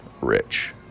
rich